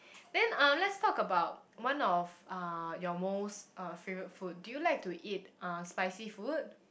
then um let's talk about one of uh your most uh favourite food do you like to eat uh spicy food